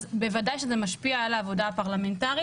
אז בוודאי שזה משפיע על העבודה הפרלמנטרית.